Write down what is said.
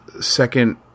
second